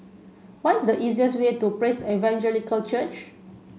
what is the easiest way to Praise Evangelical Church